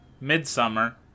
midsummer